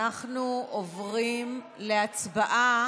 אנחנו עוברים להצבעה.